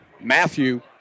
Matthew